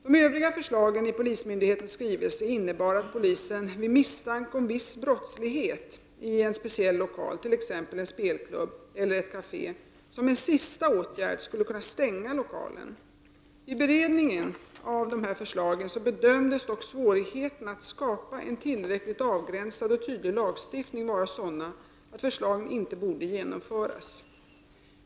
De övriga förslagen i polismyndighetens skrivelse innebar att polisen vid misstanke om viss brottslighet i en speciell lokal, t.ex. spelklubb eller ett café, som en sista åtgärd skulle kunna stänga lokalen. Vid beredningen av dessa förslag bedömdes dock svårigheterna att skapa en tillräckligt avgränsad och tydlig lagstiftning vara sådana att förslagen inte borde genomföras.